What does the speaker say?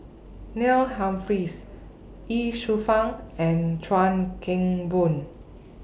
Neil Humphreys Ye Shufang and Chuan Keng Boon